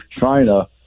China